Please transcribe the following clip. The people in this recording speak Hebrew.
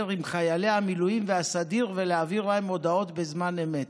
עם חיילי המילואים והסדיר ולהעביר להם הודעות בזמן אמת.